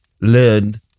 learned